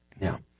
Now